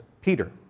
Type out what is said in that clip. Peter